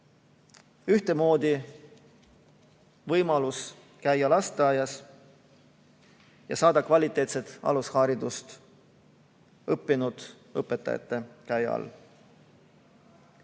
ühtemoodi võimalus käia lasteaias ja saada kvaliteetset alusharidust õppinud õpetajate käe all.